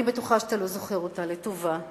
אני בטוחה שאתה לא זוכר אותה לטובה,